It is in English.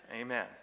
Amen